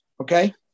okay